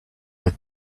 like